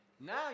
now